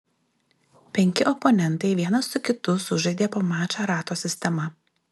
penki oponentai vienas su kitu sužaidė po mačą rato sistema